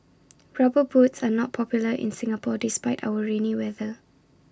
rubber boots are not popular in Singapore despite our rainy weather